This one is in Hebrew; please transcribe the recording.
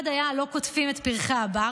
אחד היה "לא קוטפים את פרחי הבר".